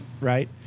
right